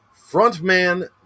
Frontman